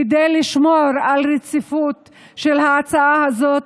כדי לשמור על רציפות ההצעה הזו,